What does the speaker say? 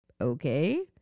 Okay